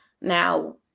Now